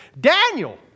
Daniel